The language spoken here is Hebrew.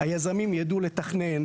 היזמים ידעו לתכנן,